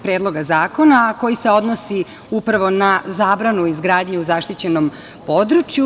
Predloga zakona, a koji se odnosi upravo na zabranu izgradnje u zaštićenom području.